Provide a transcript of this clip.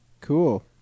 Cool